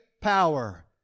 power